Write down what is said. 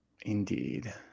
Indeed